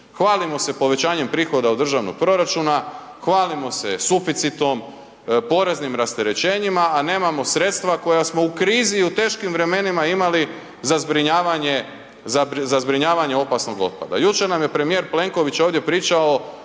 Hvalimo se povećanjem prihoda od državnog proračuna, hvalimo se suficitom, poreznim rasterećenjima, a nemamo sredstva koja smo u krizi i u teškim vremenima imali za zbrinjavanje, za zbrinjavanje opasnog otpada. Jučer nam je premijer Plenković ovdje pričao